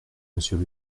monsieur